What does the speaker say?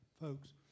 folks